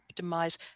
optimize